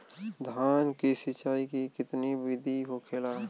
धान की सिंचाई की कितना बिदी होखेला?